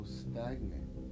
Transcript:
stagnant